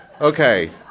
okay